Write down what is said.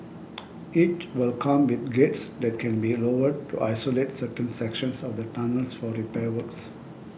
each will come with gates that can be lowered to isolate certain sections of the tunnels for repair works